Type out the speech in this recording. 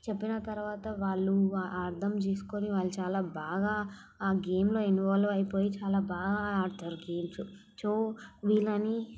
చెప్పిన తర్వాత వాళ్ళు ఆ అర్ధం చేసుకొని వాళ్ళు చాలా బాగా ఆ గేమ్లో ఇన్వాల్వ్ అయిపోయి చాలా బాగా ఆడతారు గేమ్సు సో వీళ్ళని